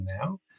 now